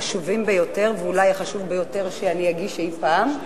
החשובים ביותר ואולי החשוב ביותר שאני אגיש אי-פעם.